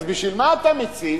אז בשביל מה אתה מציף,